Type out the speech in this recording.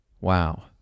Wow